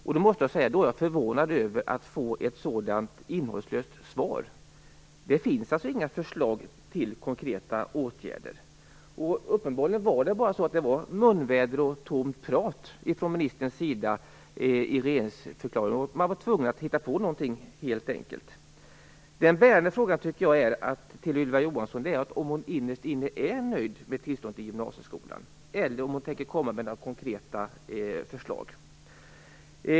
Därför är jag förvånad över att få ett så innehållslöst svar. Det finns alltså inga förslag till konkreta åtgärder. Uppenbarligen var det bara munväder och tomt prat från ministerns sida i regeringsförklaringen. Man var tvungen att hitta på någonting helt enkelt. En värdefråga att ställa till Ylva Johansson är om hon innerst inne är nöjd med tillståndet i gymnasieskolan, eller om hon tänker komma med några konkreta förslag.